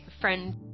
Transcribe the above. friend